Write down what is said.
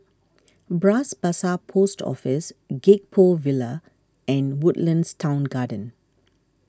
Bras Basah Post Office Gek Poh Ville and Woodlands Town Garden